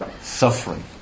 suffering